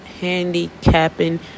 handicapping